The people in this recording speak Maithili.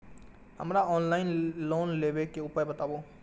हमरा ऑफलाइन लोन लेबे के उपाय बतबु?